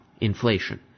inflation